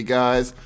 guys